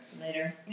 later